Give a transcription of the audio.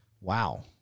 Wow